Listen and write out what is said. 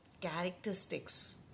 characteristics